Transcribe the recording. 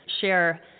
share